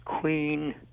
queen